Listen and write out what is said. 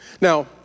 Now